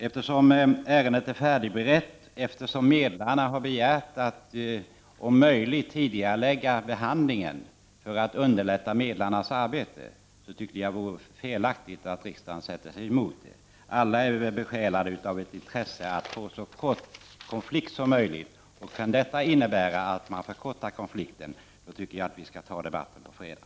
Eftersom ärendet är förberett och medlarna har begärt att riksdagen om möjligt skall tidigarelägga behandlingen för att underlätta deras arbete, tycker jag att det vore felaktigt att riksdagen sätter sig emot det. Vi är väl alla besjälade av ett intresse att få en så kort konflikt som möjligt. Kan det innebära att man förkortar konflikten, tycker jag att vi skall genomföra debatten på fredag.